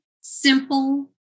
simple